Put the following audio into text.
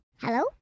Hello